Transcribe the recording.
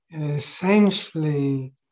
essentially